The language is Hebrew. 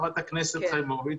חברת הכנסת חיימוביץ',